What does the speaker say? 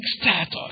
status